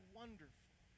wonderful